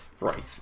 Right